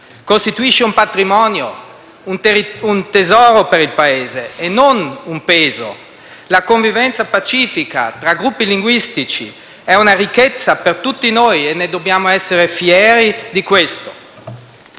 costituisce un patrimonio e un tesoro per il Paese, non un peso. La convivenza pacifica tra gruppi linguistici è una ricchezza per tutti noi e dobbiamo essere fieri di questo.